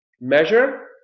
measure